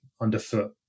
underfoot